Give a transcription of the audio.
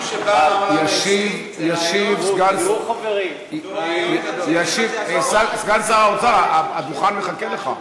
ישיב סגן, סגן שר האוצר, הדוכן מחכה לך.